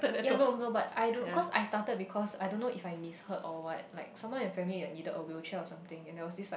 ya no no but I don't know cause I started because I don't know if I misheard or what like someone in family like needed a wheelchair or something and there was this like